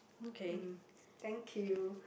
mm thank you